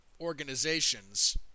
organizations